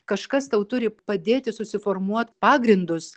kažkas tau turi padėti susiformuot pagrindus